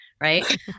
right